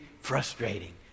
frustrating